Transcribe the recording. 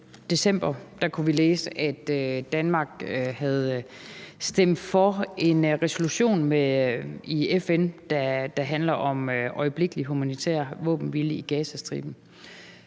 I december kunne vi læse, at Danmark havde stemt for en resolution i FN, der handler om øjeblikkelig humanitær våbenhvile i Gazastriben.